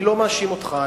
אני לא מאשים אותך,